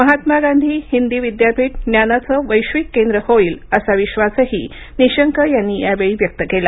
महात्मा गांधी हिंदी विद्यापीठ ज्ञानाचं वैश्विक केंद्र होईल असा विश्वासही निशंक यांनी यावेळी व्यक्त केला